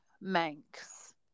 manx